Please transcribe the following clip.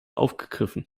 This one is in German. aufgegriffen